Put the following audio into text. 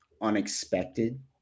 unexpected